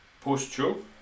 post-show